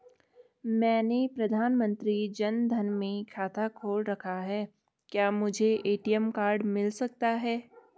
मैंने प्रधानमंत्री जन धन में खाता खोल रखा है क्या मुझे ए.टी.एम कार्ड मिल सकता है?